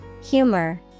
Humor